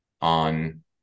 on